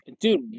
dude